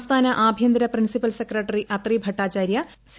സംസ്ഥാന ആഭ്യന്തര principal secretary Atri Bhattacharya C